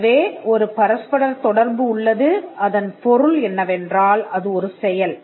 எனவே ஒரு பரஸ்பரத் தொடர்பு உள்ளது அதன் பொருள் என்னவென்றால் அது ஒரு செயல்